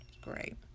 great